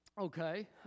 okay